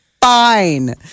Fine